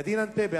ידין ענתבי,